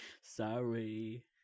Sorry